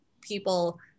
people